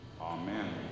Amen